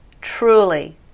truly